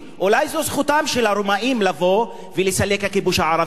אולי זו זכותם של הרומאים לבוא ולסלק את הכיבוש הערבי,